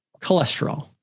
cholesterol